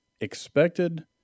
expected